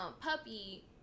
puppy